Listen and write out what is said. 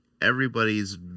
everybody's